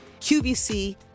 QVC